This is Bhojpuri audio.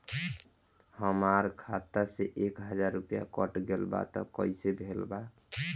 हमार खाता से एक हजार रुपया कट गेल बा त कइसे भेल बा?